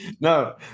No